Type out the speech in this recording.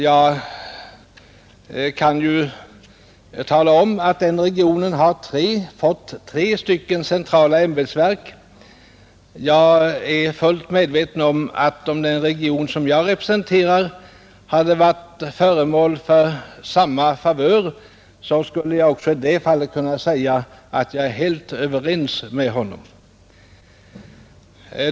Jag kan tala om att den regionen har fått tre centrala ämbetsverk. Jag är fullt medveten om att om den region som jag representerar hade varit föremål för samma favör skulle jag också i det fallet kunnat säga att jag vore helt tillfredsställd.